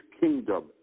kingdom